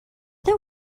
that